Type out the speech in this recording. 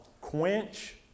Quench